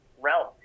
realm